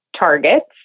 targets